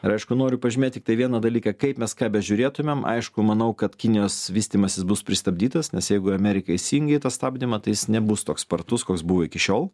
ir aišku noriu pažymėt tiktai vieną dalyką kaip mes ką bežiūrėtumėm aišku manau kad kinijos vystymasis bus pristabdytas nes jeigu amerika įsijungia į tą stabdymą tai jis nebus toks spartus koks buvo iki šiol